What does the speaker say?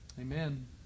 amen